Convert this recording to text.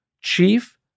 Chief